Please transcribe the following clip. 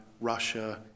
Russia